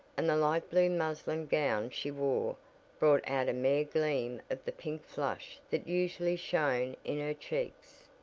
and the light blue muslin gown she wore brought out a mere gleam of the pink flush that usually shown in her cheeks.